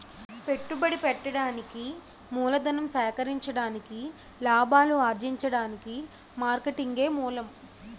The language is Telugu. పెట్టుబడి పెట్టడానికి మూలధనం సేకరించడానికి లాభాలు అర్జించడానికి మార్కెటింగే మూలం